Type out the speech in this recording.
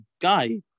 guy